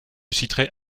citerai